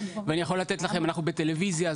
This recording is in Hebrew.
ואנחנו בטלוויזיה,